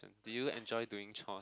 do you enjoy doing chore